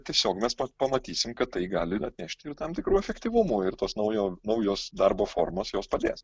tiesiog mes pamatysim kad tai gali ir atnešti ir tam tikrų efektyvumų ir tos naujo naujos darbo formos jos padės